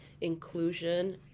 inclusion